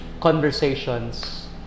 conversations